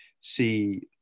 see